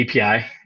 API